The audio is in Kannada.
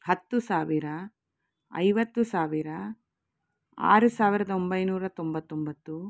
ಹತ್ತು ಸಾವಿರ ಐವತ್ತು ಸಾವಿರ ಆರು ಸಾವಿರದೊಂಬೈನೂರ ತೊಂಬತ್ತೊಂಬತ್ತು